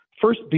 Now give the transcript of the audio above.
First